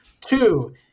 Two